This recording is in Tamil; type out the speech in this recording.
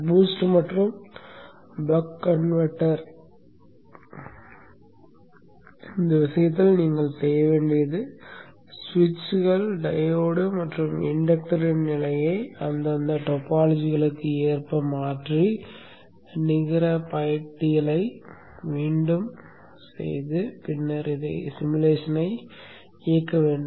பூஸ்ட் மற்றும் பக் பூஸ்ட் கன்வெர்ட்டரின் விஷயத்தில் நீங்கள் செய்ய வேண்டியது சுவிட்சுகள் டையோடு மற்றும் இண்டக்டரின் நிலையை அந்தந்த டோபாலஜிகளுக்கு ஏற்ப மாற்றி நிகர பட்டியலை மீண்டும் செய்து பின்னர் உருவகப்படுத்துதலை இயக்க வேண்டும்